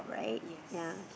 yes